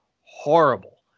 horrible